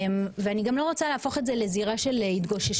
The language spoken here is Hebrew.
ואני גם לא רוצה להפוך את זה לזירה של התגוששות.